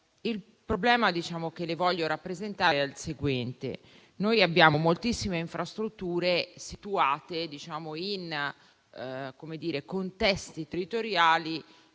Il problema che le voglio rappresentare è il seguente. Abbiamo moltissime infrastrutture situate in contesti territoriali